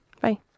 Bye